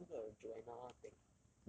你知道那个 joanna theng